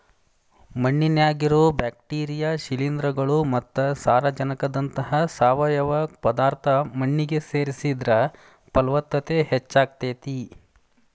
ಮಣ್ಣಿನ್ಯಾಗಿರೋ bacteria, ಶಿಲೇಂಧ್ರಗಳು ಮತ್ತ ಸಾರಜನಕದಂತಹ ಸಾವಯವ ಪದಾರ್ಥ ಮಣ್ಣಿಗೆ ಸೇರಿಸಿದ್ರ ಪಲವತ್ತತೆ ಹೆಚ್ಚಾಗ್ತೇತಿ